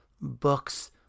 books